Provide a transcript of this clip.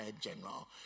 general